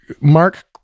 Mark